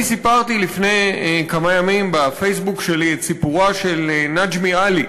אני סיפרתי לפני כמה ימים בפייסבוק שלי את סיפורה של נג'מי עלי,